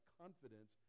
confidence